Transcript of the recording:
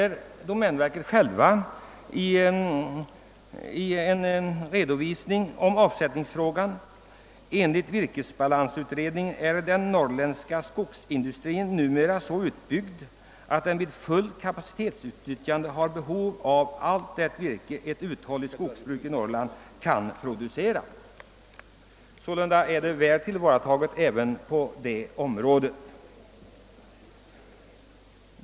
Domänverket självt säger detta i en redovisning av ersättningsfrågan: »Enligt virkesbalansutredningen är den norrländska skogsindustrin numera så utbyggd att den vid fullt kapacitetsutnyttjande har behov av allt det virke ett uthålligt skogsbruk i Norrland kan producera.« Det är sålunda väl tillvarataget även på detta område.